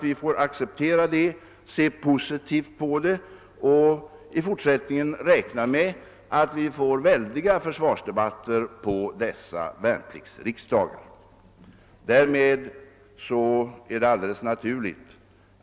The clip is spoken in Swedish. Vi får acceptera det, se positivt på det och i fortsättningen räkna med att det blir väldiga försvarsdebatter på värnpliktsriksdagarna.